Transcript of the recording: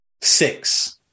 Six